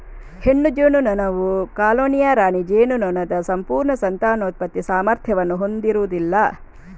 ಹೆಣ್ಣು ಜೇನುನೊಣವು ಕಾಲೋನಿಯ ರಾಣಿ ಜೇನುನೊಣದ ಸಂಪೂರ್ಣ ಸಂತಾನೋತ್ಪತ್ತಿ ಸಾಮರ್ಥ್ಯವನ್ನು ಹೊಂದಿರುವುದಿಲ್ಲ